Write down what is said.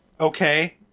Okay